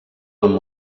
amb